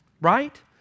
Right